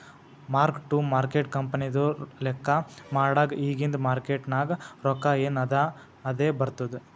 mark to market ಕಂಪನಿದು ಲೆಕ್ಕಾ ಮಾಡಾಗ್ ಇಗಿಂದ್ ಮಾರ್ಕೇಟ್ ನಾಗ್ ರೊಕ್ಕಾ ಎನ್ ಅದಾ ಅದೇ ಬರ್ತುದ್